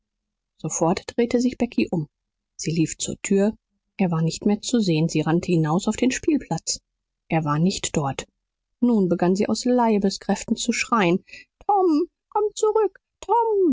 sofort drehte sich becky um sie lief zur tür er war nicht mehr zu sehen sie rannte hinaus auf den spielplatz er war nicht dort nun begann sie aus leibeskräften zu schreien tom komm zurück tom